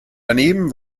daneben